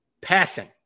passing